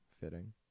fitting